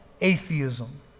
atheism